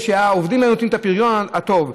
שהעובדים היו נותנים את הפריון הטוב,